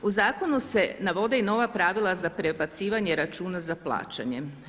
U zakonu se navode i nova pravila za prebacivanje računa za plaćanje.